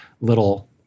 little